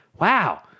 wow